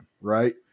right